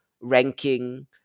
ranking